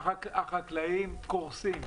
החקלאים קורסים.